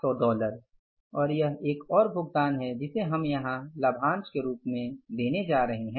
1500 और यह एक और भुगतान है जिसे हम यहां लाभांश के रूप में देने जा रहे हैं